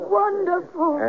wonderful